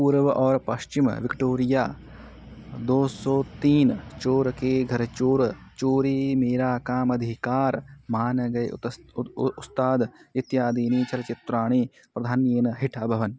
पूर्व ओर् पश्चिम विक्टोरिया दोसो तीन् चोरके घर् चोर चोरी मेरा कामधिकार् मानगय् उतस् उद् उ उस्ताद् इत्यादीनि चलचित्राणि प्रधान्येन हिट् अभवन्